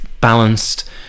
balanced